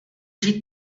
žít